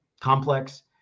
complex